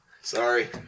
Sorry